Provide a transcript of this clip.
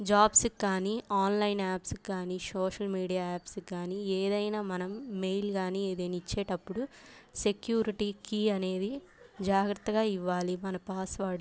jobs కానీ online apps కానీ social media apps కానీ ఏదైనా మనం మెయిల్ కానీ ఏదైనా ఇచ్చేటప్పుడు సెక్యూరిటీ కీ అనేది జాగ్రత్తగా ఇవ్వాలి మన పాస్వర్డ్